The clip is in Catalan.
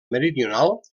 meridional